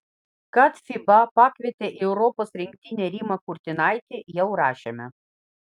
kad fiba pakvietė į europos rinktinę rimą kurtinaitį jau rašėme